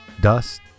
dust